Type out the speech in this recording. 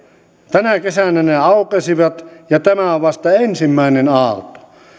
tänä kesänä ne aukesivat ja tämä on vasta ensimmäinen aalto kun